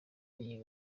iyi